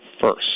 first